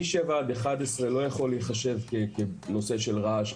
מ-7:00 עד 11:00 לא יכול להיחשב כנושא של רעש.